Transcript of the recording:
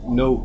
no